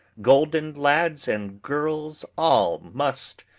golden lads and girls all must,